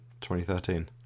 2013